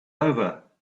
over